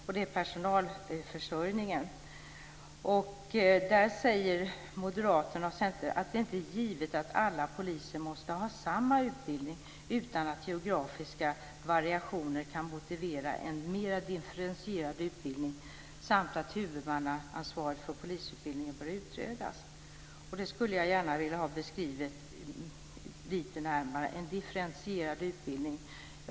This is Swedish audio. Den gäller polisutbildningen. Där säger Moderaterna och Centerpartiet att det inte är givet att alla poliser måste ha samma utbildning, utan geografiska variationer kan motivera en mer differentierad utbildning. De säger också att huvudmannaansvaret för polisutbildningen bör utredas. Jag skulle gärna vilja ha det här med en differentierad utbildning lite närmare beskrivet.